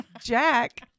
Jack